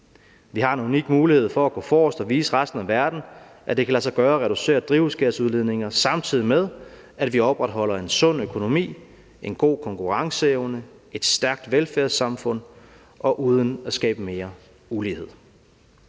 Vi har en unik mulighed for at gå forrest og vise resten af verden, at det kan lade sig gøre at reducere drivhusgasudledninger, samtidig med at vi opretholder en sund økonomi, en god konkurrenceevne, et stærkt velfærdssamfund, og at det kan gøres uden at skabe mere ulighed.